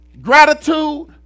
Gratitude